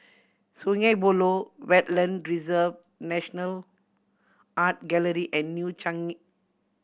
Sungei Buloh Wetland Reserve National Art Gallery and New Changi